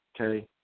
okay